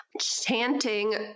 chanting